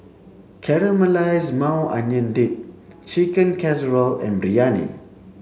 Caramelized Maui Onion Dip Chicken Casserole and Biryani